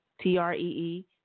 T-R-E-E